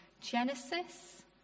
Genesis